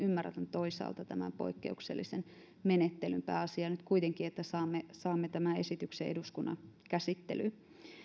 toisaalta tämän poikkeuksellisen menettelyn pääasia nyt kuitenkin että saamme tämän esityksen eduskunnan käsittelyyn